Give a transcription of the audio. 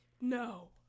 No